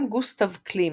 גם גוסטב קלימט,